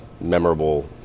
memorable